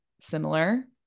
similar